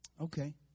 Okay